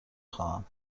خواهم